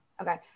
okay